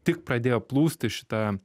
tik pradėjo plūsti šita